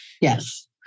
Yes